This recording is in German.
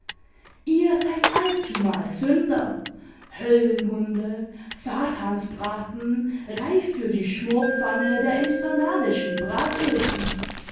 ihr seid allzumal s höllenhunde satansbraten reif für die schmorpfanne der infernalischen